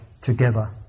together